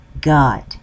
God